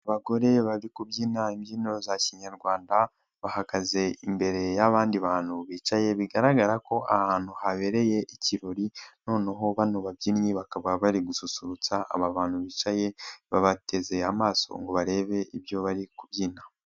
Abagore bari kubyina imbyino za kinyarwanda bahagaze imbere yabandi bantu bicaye bigaragara ko aho hantu habereye ikirori, noneho bano babyinnyi bakaba bari gususurutsa aba abantutu bicaye babateze amaso ngo barebe ibyo bari kubyina.